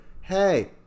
hey